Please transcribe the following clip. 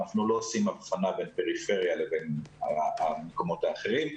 אנחנו לא עושים הבחנה בין פריפריה למקומות אחרים,